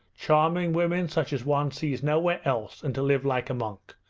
charming women such as one sees nowhere else, and to live like a monk!